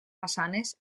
façanes